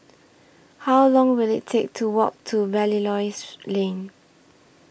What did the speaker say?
How Long Will IT Take to Walk to Belilios Lane